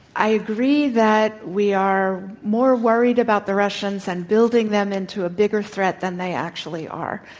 i agree that we are more worried about the russians and building them into a bigger threat than they actually are.